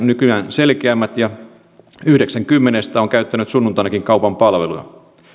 nykyään selkeämmät ja yhdeksän kymmenestä on käyttänyt sunnuntainakin kaupan palveluja